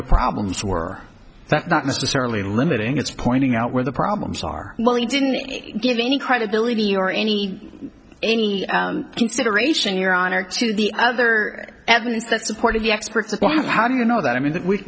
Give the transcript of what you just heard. the problems were not necessarily limiting it's pointing out where the problems are well you didn't give any credibility or any any consideration your honor to the other evidence that supported the expert that was how do you know that i mean